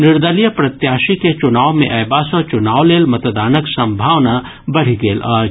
निर्दलीय प्रत्याशी के चुनाव मे अयबा सँ चुनाव लेल मतदानक सम्भावना बढ़ि गेल अछि